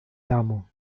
damo